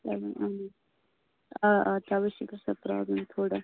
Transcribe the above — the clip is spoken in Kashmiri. آ آ تَوے چھِ گژھان پرٛابلِم تھوڑا